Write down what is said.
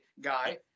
guy